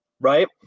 right